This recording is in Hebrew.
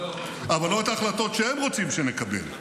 אבל לא את ההחלטות שהם רוצים שנקבל.